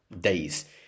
days